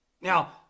Now